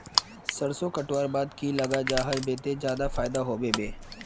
सरसों कटवार बाद की लगा जाहा बे ते ज्यादा फायदा होबे बे?